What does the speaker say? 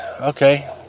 Okay